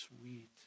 sweet